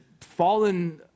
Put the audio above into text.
fallen